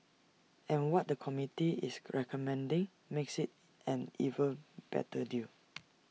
and what the committee is recommending makes IT an even better deal